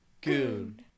Goon